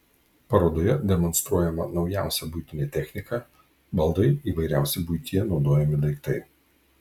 parodoje demonstruojama naujausia buitinė technika baldai įvairiausi buityje naudojami daiktai